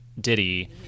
diddy